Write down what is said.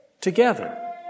together